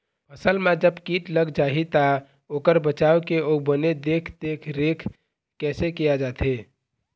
फसल मा जब कीट लग जाही ता ओकर बचाव के अउ बने देख देख रेख कैसे किया जाथे?